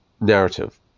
narrative